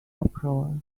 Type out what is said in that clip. uproar